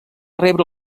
rebre